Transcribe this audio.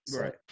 Right